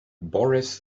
boris